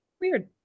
Weird